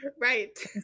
Right